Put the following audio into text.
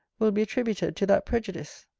will be attributed to that prejudice.